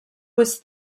was